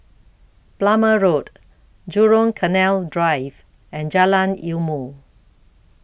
Plumer Road Jurong Canal Drive and Jalan Ilmu